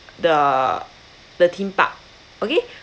the the theme park okay